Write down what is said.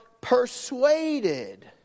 persuaded